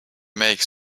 make